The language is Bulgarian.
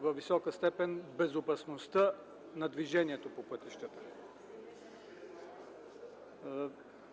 във висока степен безопасността на движението по пътищата.